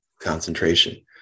concentration